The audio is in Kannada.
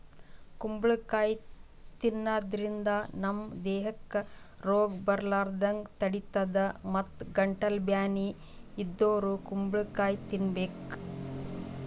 ಕುಂಬಳಕಾಯಿ ತಿನ್ನಾದ್ರಿನ್ದ ನಮ್ ದೇಹಕ್ಕ್ ರೋಗ್ ಬರಲಾರದಂಗ್ ತಡಿತದ್ ಮತ್ತ್ ಗಂಟಲ್ ಬ್ಯಾನಿ ಇದ್ದೋರ್ ಕುಂಬಳಕಾಯಿ ತಿನ್ಬೇಕ್